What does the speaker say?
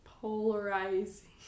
Polarizing